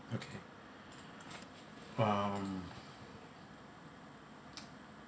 okay um